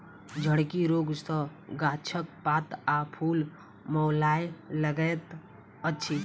झड़की रोग सॅ गाछक पात आ फूल मौलाय लगैत अछि